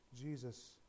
Jesus